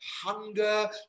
hunger